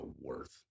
worth